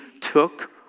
took